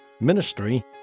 ministry